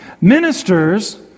Ministers